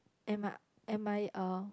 and my and my uh